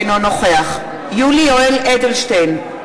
אינו נוכח יולי יואל אדלשטיין,